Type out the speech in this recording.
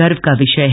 गर्व का विषय है